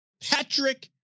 Patrick